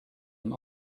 and